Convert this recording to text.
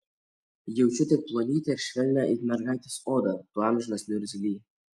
jaučiu tik plonytę ir švelnią it mergaitės odą tu amžinas niurgzly